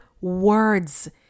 words